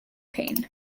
pain